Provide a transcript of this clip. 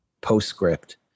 postscript